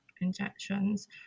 injections